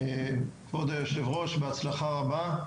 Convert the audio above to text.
כבוד היושב ראש בהצלחה רבה,